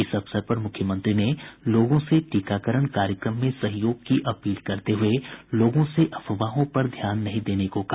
इस अवसर पर मुख्यमंत्री ने लोगों से टीकाकरण कार्यक्रम में सहयोग की अपील करते हुये लोगों से अफवाहों पर ध्यान नहीं देने को कहा